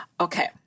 Okay